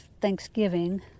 Thanksgiving